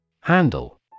Handle